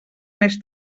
més